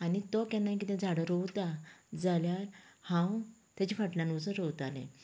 आनी तो केन्ना किते झाडां रोवता जाल्यार हांव तेच्या फाटल्यान वचून रोवताले